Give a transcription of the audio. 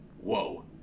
whoa